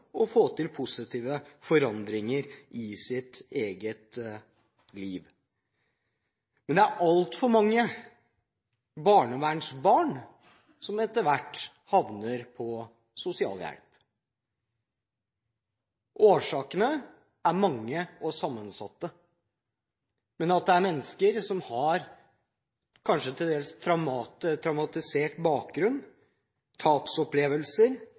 å få til positive forandringer i eget liv. Men det er altfor mange barnevernsbarn som etter hvert havner på sosialhjelp. Årsakene er mange og sammensatte – det er mennesker som kanskje har en til dels traumatisert bakgrunn, tapsopplevelser,